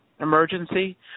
emergency